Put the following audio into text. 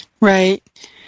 Right